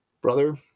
brother